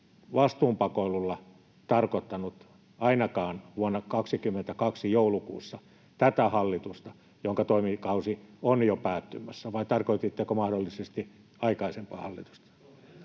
vastuun pakoilulla tarkoittanut vuonna 22 joulukuussa ainakaan tätä hallitusta, jonka toimikausi on jo päättymässä, vai tarkoititteko mahdollisesti aikaisempaa hallitusta?